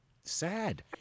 sad